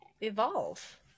Evolve